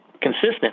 consistent